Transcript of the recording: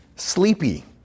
Sleepy